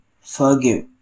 forgive